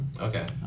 okay